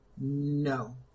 No